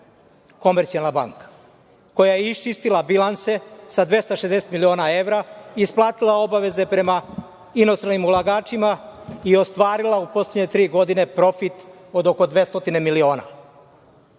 „Komercijalna banka“, koja je iščistila bilanse sa 260 miliona evra, isplatila obaveze prema inostranim ulagačima i ostvarila u poslednje tri godine profit od 200 miliona? Ako